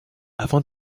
avant